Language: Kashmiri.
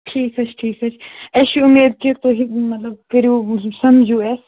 ٹھیٖک حظ چھِ ٹھیٖک حظ چھِ اَسہِ چھِ اُمید کہِ تُہۍ مطلب کٔرِو سمجِو اَسہِ